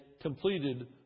completed